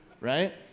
right